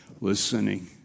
Listening